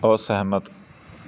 ਅਸਹਿਮਤ